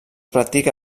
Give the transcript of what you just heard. practica